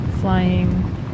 flying